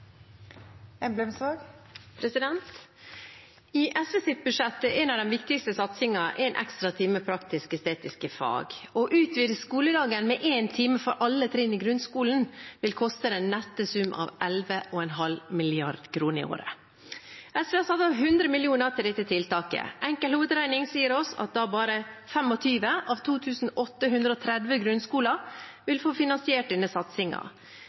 en av de viktigste satsingene én ekstra time med praktisk-estetiske fag. Å utvide skoledagen med én time for alle trinn i grunnskolen vil koste den nette sum av 11,5 mrd. kr i året. SV har satt av 100 mill. kr til dette tiltaket. Enkel hoderegning sier oss at da vil bare 25 av 2 830 grunnskoler få finansiert denne